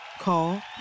Call